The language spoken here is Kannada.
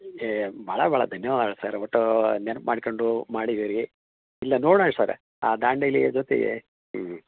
ಹೇ ಭಾಳ ಭಾಳ ಧನ್ಯವಾದ ಸರ್ ಒಟ್ಟೂ ನೆನ್ಪು ಮಾಡ್ಕಂಡು ಮಾಡಿದ್ದೀರಿ ಇಲ್ಲ ನೋಡೋಣ ಸರ್ ಆ ದಾಂಡೇಲಿ ಜೊತೆಗೆ ಹ್ಞೂ